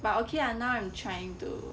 but okay lah now I'm trying to